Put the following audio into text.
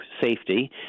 safety